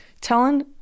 telling